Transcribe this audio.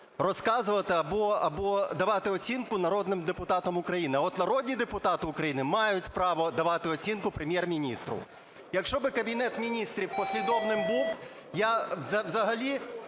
розказувати або давати оцінку народним депутатам України, а от народні депутати України мають право давати оцінку Прем'єр-міністру. Якщо б Кабінет Міністрів послідовним був, я б взагалі